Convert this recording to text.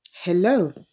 Hello